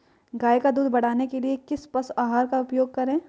गाय का दूध बढ़ाने के लिए किस पशु आहार का उपयोग करें?